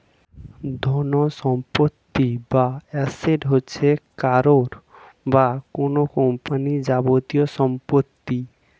ধনসম্পত্তি বা অ্যাসেট হচ্ছে কারও বা কোন কোম্পানির যাবতীয় সম্পত্তি